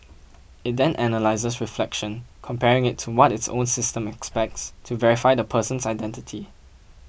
it then analyses reflection comparing it to what its own system expects to verify the person's identity